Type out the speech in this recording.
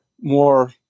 more